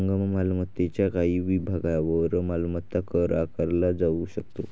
जंगम मालमत्तेच्या काही विभागांवर मालमत्ता कर आकारला जाऊ शकतो